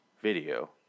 video